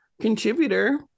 contributor